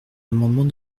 amendement